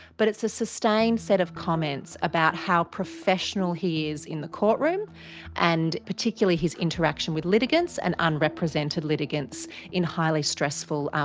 but it's a sustained set of comments about how professional he is in the courtroom and particularly his interaction with litigants and unrepresented litigants in highly stressful,